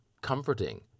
comforting